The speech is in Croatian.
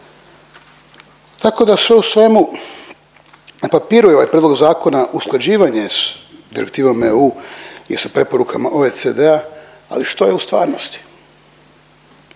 Tako da sve u svemu na papiru je ovaj prijedlog zakona usklađivanje s direktivom EU i sa preporukama OECD-a, ali što je u stvarnosti?